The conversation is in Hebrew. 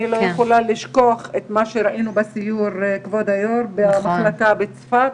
אני רק אגיב על מה שאמרת בנוגע לשיעור החינוך הגופני,